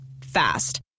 Fast